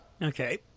Okay